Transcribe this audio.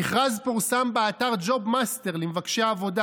המכרז פורסם באתר ג'וב מאסטר למבקשי עבודה.